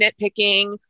nitpicking